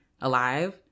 alive